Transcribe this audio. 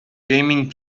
gaming